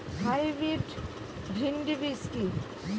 Hybrid ভীন্ডি বীজ কি?